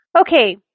Okay